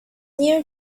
near